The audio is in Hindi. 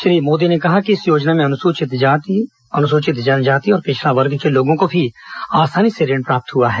श्री मोदी ने कहा कि इस योजना में अनुसूचित जाति अनुसूचित जनजाति और पिछड़ा वर्ग के लोगों को भी आसानी से ऋण प्राप्त हुआ है